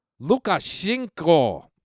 Lukashenko